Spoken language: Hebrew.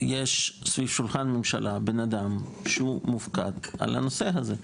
יש סביב שולחן הממשלה בן אדם שמופקד לנושא הזה.